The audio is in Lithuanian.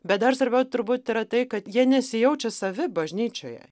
bet dar svarbiau turbūt yra tai kad jie nesijaučia savi bažnyčioje